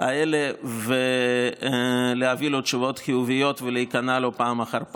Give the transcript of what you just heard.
האלה ולתת לו תשובות חיוביות ולהיכנע לו פעם אחר פעם.